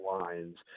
lines